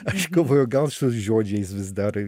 aš galvoju gal su žodžiais vis dar